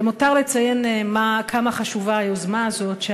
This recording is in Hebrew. למותר לציין כמה חשובה היוזמה הזאת,